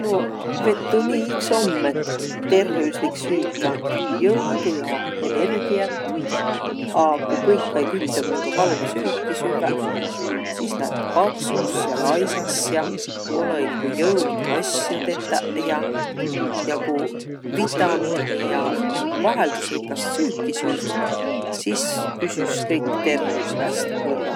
Nu vet tuu nii iks om, et tervüslik süük and jõudu ja energiät, a ku kõikaig üttemuudu halva süüki süvväq, sis läät paksus ja laisas ja olõ-i niguq jõudu asjo tetäq jaq. Ja ku vitamiini ja vaheldusrikast süüki süüt, sis püsüs kõik tervüs häste kõrrah.